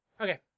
Okay